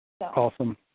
Awesome